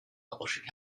publishing